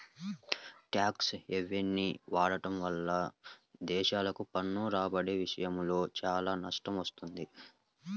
tax హెవెన్ని వాడటం వల్ల దేశాలకు పన్ను రాబడి విషయంలో చాలా నష్టం వస్తుంది